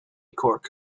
cork